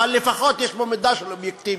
אבל לפחות יש בו מידה של אובייקטיביות,